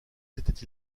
s’étaient